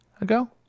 ago